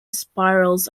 spirals